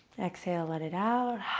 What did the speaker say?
exhale let it out.